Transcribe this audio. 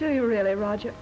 do you really roger